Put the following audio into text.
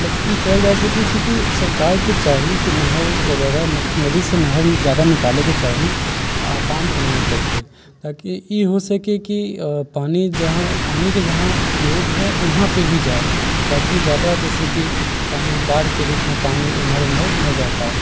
बस ई कयल जा सकै छै कि सरकार के चाही की नहर वगैरह नदी से नहर जादा निकाले के चाही आ बाँध बना करके ताकि ई हो सकै कि पानी जहाँ पानी के जहाँ उपयोग है वहाँ पे ही जाइ बाकी जादा जैसेकि पानी बाढ़ के रूप मे पानी एमहर ओमहर ना जा पाय